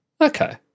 Okay